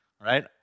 right